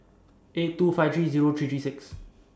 eight two five three Zero three three six